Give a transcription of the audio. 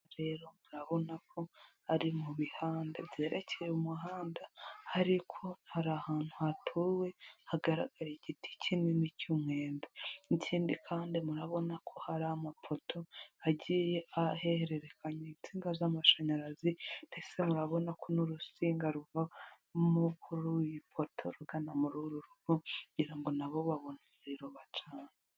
Rero murabona ko ari mu bihande byerekeye umuhanda, ariko hari ahantu hatuwe hagaragara igiti kinini cy'umwembe; n' ikindi kandi murabona ko hari amapoto agiye ahererekanya insinga z'amashanyarazi, ndetse murabona ko n'urusinga ruva kuri iyi poto rugana muri uru rugo kugira ngo na bo babone umuriro bacane.